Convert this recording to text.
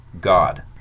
God